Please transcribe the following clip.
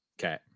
Okay